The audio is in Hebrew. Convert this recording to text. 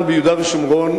אנחנו ביהודה ושומרון,